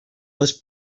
les